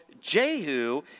Jehu